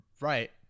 right